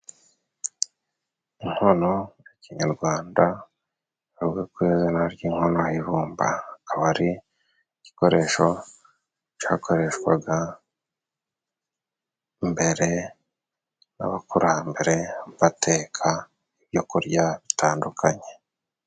Inkono ya kinyarwanda bavuga ku izina ry'inkono y'ibumba, akaba ari igikoresho cyakoreshwaga mbere n'abakurambere bateka ibyo kurya bitandukanye.